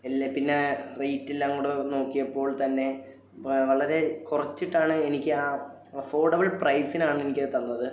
അല്ലേ പിന്നെ റേയ്റ്റെല്ലാം കൂടെ നോക്കിയപ്പോൾ തന്നെ വളരെ കുറച്ചിട്ടാണ് എനിക്ക് ആ അഫോർഡബിൾ പ്രൈസിനാണ് എനിക്കത് തന്നത്